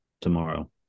tomorrow